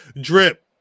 drip